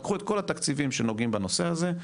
קחו את כל התקציבים שנוגעים בנושא הזה,